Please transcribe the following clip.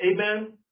Amen